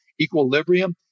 equilibrium